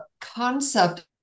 concept